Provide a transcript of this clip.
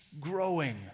growing